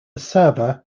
server